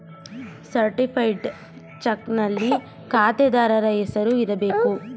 certified ಚಕ್ನಲ್ಲಿ ಖಾತೆದಾರನ ಹೆಸರು ಇರಬೇಕು